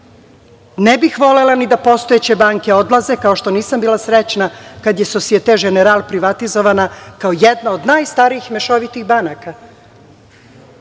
ne bih volela ni da postojeće banke odlaze, kao što nisam bila srećna kada je „Sosiete Ženeral“ privatizovana, kao jedna od najstarijih mešovitih banaka,